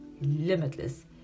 limitless